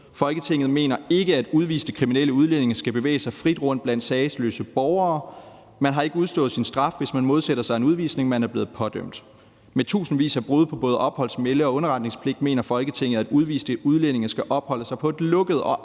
Folketinget mener ikke, at udviste kriminelle udlændinge skal bevæge sig frit rundt blandt sagesløse borgere. Man har ikke udstået sin straf, hvis man modsætter sig en udvisning, man er blevet pådømt. Med tusindvis af brud på både opholds-, melde- eller underretningspligt mener Folketinget, at udviste udlændinge skal opholde sig på et lukket og